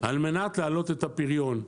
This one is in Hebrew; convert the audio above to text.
להכניס מערכות, על מנת להעלות את הפריון.